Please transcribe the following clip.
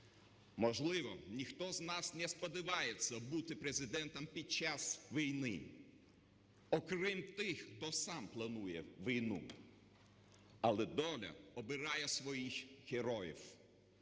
Можливо, ніхто з нас не сподівається бути Президентом під час війни, окрім тих, хто сам планує війну. Але доля обирає своїх героїв.